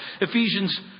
Ephesians